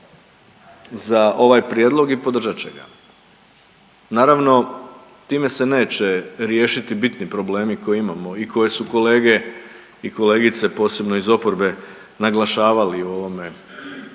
za ovaj prijedlog i podržat će ga, naravno time se neće riješiti bitni problemi koje imamo i koje su kolege i kolegice, posebno iz oporbe naglašavali u ovome dijelu